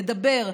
לדבר,